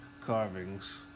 carvings